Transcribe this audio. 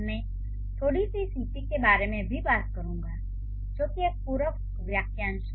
मैं थोड़ी सी CP के बारे में भी बात करूंगा जो कि एक पूरक वाक्यांश है